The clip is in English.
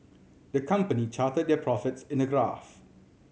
the company charted their profits in a graph